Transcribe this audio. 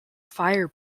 fire